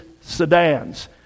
sedans